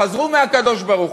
חזרו מהקדוש-ברוך-הוא,